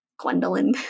Gwendolyn